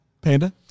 Panda